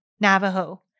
Navajo